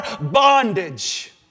bondage